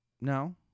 No